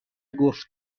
گفت